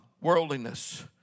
worldliness